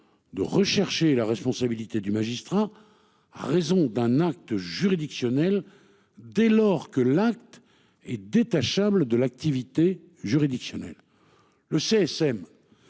De rechercher la responsabilité du magistrat à raison d'un acte juridictionnel. Dès lors que l'acte est détachable de l'activité juridictionnelle. Le CSM.